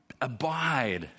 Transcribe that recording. abide